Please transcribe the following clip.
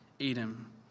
Edom